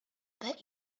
bet